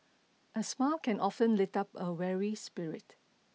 a smile can often lift up a weary spirit